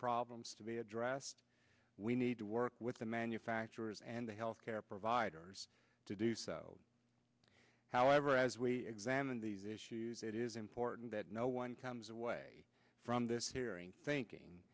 problems to be addressed we need to work with the manufacturers and the healthcare providers to do so however as we examine these issues it is important that no one comes away from this hearing thinking